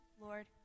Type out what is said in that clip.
Lord